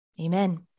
amen